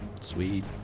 Sweet